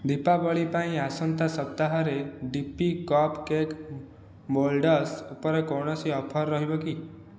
ଦୀପାବଳି ପାଇଁ ଆସନ୍ତା ସପ୍ତାହରେ ଡିପି କପ୍କେକ୍ ମୋଲ୍ଡସ୍ ଉପରେ କୌଣସି ଅଫର୍ ରହିବ କି